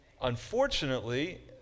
unfortunately